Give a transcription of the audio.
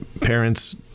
parents